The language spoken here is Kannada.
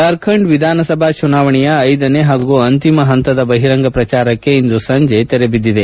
ಜಾರ್ಖಂಡ್ ವಿಧಾನಸಭಾ ಚುನಾವಣೆಯ ಐದನೇ ಹಾಗೂ ಅಂತಿಮ ಪಂತದ ಬಹಿರಂಗ ಪ್ರಚಾರಕ್ಕೆ ಇಂದು ಸಂಜೆ ತೆರೆ ಬಿದ್ದಿದೆ